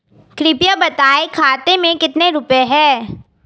कृपया बताएं खाते में कितने रुपए हैं?